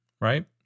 right